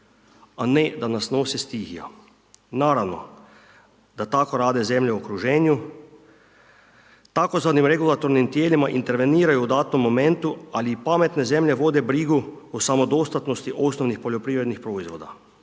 a ne da nas nosi stihija. Naravno da tako rade zemlje u okruženju, tzv. regulatornim tijelima interveniraju u datom momentu ali i pametne zemlje vode brigu o samodostatnosti osnovnih poljoprivrednih proizvoda.